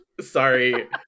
Sorry